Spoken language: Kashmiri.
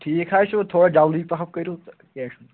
ٹھیٖک حظ چھِ وۄنۍ تھوڑا جلدی پَہَم کٔرِو تہٕ کیٚنٛہہ چھُنہٕ